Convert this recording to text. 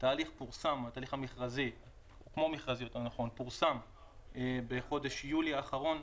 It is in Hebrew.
התהליך הכמו-מכרזי פורסם בחודש יולי האחרון.